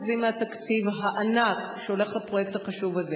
מהתקציב הענק שהולך לפרויקט החשוב הזה